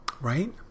Right